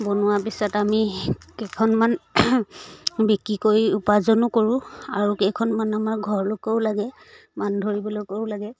বনোৱা পিছত আমি কেইখনমান বিক্ৰী কৰি উপাৰ্জনো কৰোঁ আৰু কেইখনমান আমাৰ ঘৰলৈকেও লাগে মান ধৰিবলৈকেও লাগে